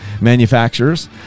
manufacturers